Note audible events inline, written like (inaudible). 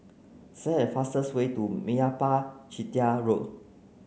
(unintelligible) a fastest way to Meyappa Chettiar Road